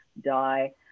die